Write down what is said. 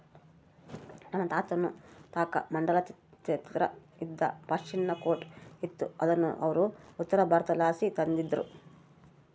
ನಮ್ ತಾತುನ್ ತಾಕ ಮಂಡಲ ಚಿತ್ರ ಇದ್ದ ಪಾಶ್ಮಿನಾ ಕೋಟ್ ಇತ್ತು ಅದುನ್ನ ಅವ್ರು ಉತ್ತರಬಾರತುದ್ಲಾಸಿ ತಂದಿದ್ರು